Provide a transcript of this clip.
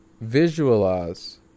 visualize